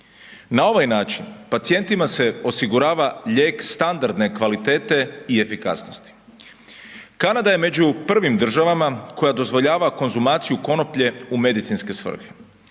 Na ovaj način pacijentima se osigurava lijek standardne kvalitete i efikasnosti. Kanada je među prvim državama koja dozvoljava konzumaciju konoplje u medicinske svrhe.